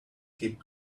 keep